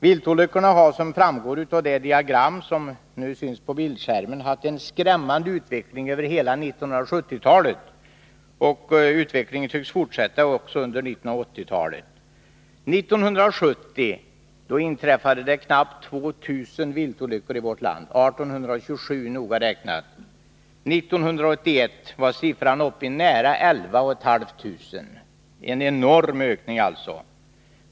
Viltolyckorna har, som framgår av det diagram som nu syns på bildskärmen, haft en skrämmande utveckling under hela 1970-talet, och utvecklingen tycks fortsätta också under 1980-talet. 1970 inträffade knappt 2 000 viltolyckor i vårt land — 1 827 noga räknat. 1981 var siffran uppe i nära 11 500 — en enorm ökning alltså.